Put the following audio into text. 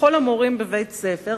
ככל המורים בבית-ספר,